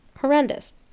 horrendous